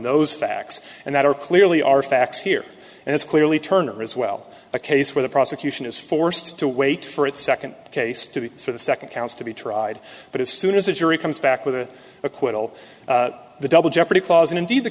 those facts and that are clearly our facts here and it's clearly turner as well a case where the prosecution is forced to wait for its second case to be for the second counts to be tried but as soon as the jury comes back with the acquittal the double jeopardy clause and indeed the